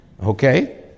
Okay